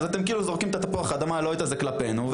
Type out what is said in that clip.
אז אתם כאילו זורקים את התפוח אדמה הלוהט הזה כלפינו,